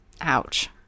Ouch